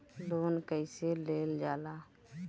Loan कईसे लेल जाला?